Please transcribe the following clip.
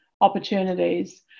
opportunities